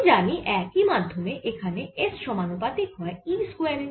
আমি জানি একই মাধ্যমে এখানে S সমানুপাতিক হয় E স্কয়ারের